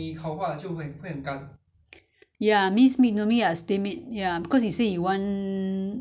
so you have to steam it or else it's err it's more like western style already you want the chinese style right